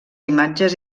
imatges